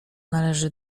należy